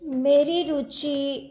ਮੇਰੀ ਰੁਚੀ